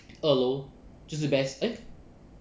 二楼就是 best eh